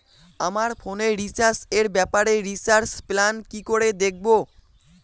আমার ফোনে রিচার্জ এর ব্যাপারে রিচার্জ প্ল্যান কি করে দেখবো?